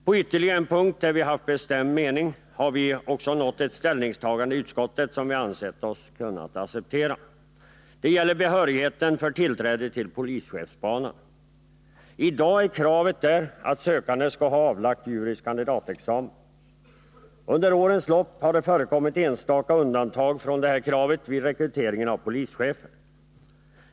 På ytterligare en punkt, där vi har haft en bestämd mening, har det i utskottet uppnåtts ett ställningstagande som vi ansett oss kunna acceptera. Det gäller behörigheten för tillträde till polischefsbanan. I dag är kravet att sökande skall ha avlagt juris kandidatexamen. Under årens lopp har det vid rekrytering av polischefer förekommit enstaka undantag från detta krav.